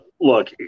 Look